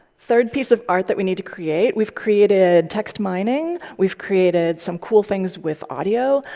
third piece of art that we need to create we've created text mining. we've created some cool things with audio.